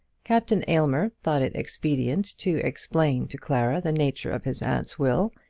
captain aylmer thought it expedient to explain to clara the nature of his aunt's will,